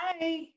Hi